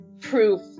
proof